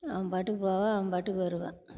அவன் பாட்டுக்கு போவான் அவன் பாட்டுக்கு வருவான்